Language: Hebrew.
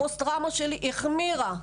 שהפוסט-טראומה שלי החמירה.